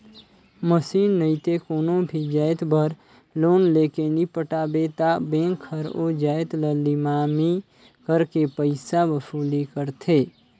machine नइते कोनो भी जाएत बर लोन लेके नी पटाबे ता बेंक हर ओ जाएत ल लिलामी करके पइसा वसूली करथे